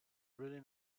really